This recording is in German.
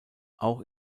auch